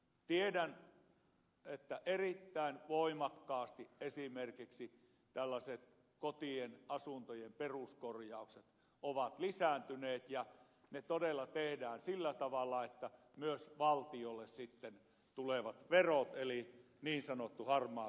tiedän että erittäin voimakkaasti esimerkiksi tällaiset kotien ja asuntojen peruskorjaukset ovat lisääntyneet ja ne todella tehdään sillä tavalla että myös valtiolle sitten tulevat verot eli niin sanottu harmaa talous vähenee